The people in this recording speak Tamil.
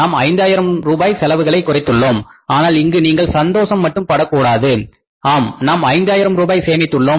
நாம் 5000 ரூபாய் செலவுகளை குறைத்துள்ளோம் ஆனால் இங்கு நீங்கள் சந்தோசம் மட்டும் படக்கூடாது ஆம் நாம் 5000 ரூபாய் சேமித்து உள்ளோம்